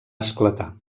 esclatar